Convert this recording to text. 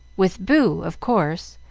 with boo, of course,